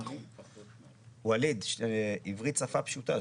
ווליד, עברית שפה פשוטה.